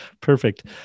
Perfect